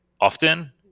often